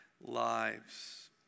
lives